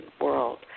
world